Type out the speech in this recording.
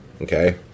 okay